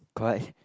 correct